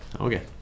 Okay